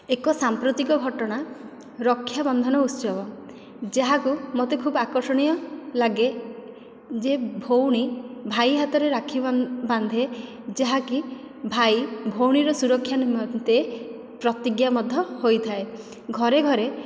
ଏକ ସାମ୍ପ୍ରତିକ ଘଟଣା ରକ୍ଷାବନ୍ଧନ ଉତ୍ସବ ଯାହାକୁ ମୋତେ ଖୁବ ଆକର୍ଷଣୀୟ ଲାଗେ ଯେ ଭଉଣୀ ଭାଇ ହାତରେ ରାକ୍ଷୀ ବା ବାନ୍ଧେ ଯାହାକି ଭାଇ ଭଉଣୀର ସୁରକ୍ଷା ନିମନ୍ତେ ପ୍ରତିଜ୍ଞାବଦ୍ଧ ହୋଇଥାଏ ଘରେ ଘରେ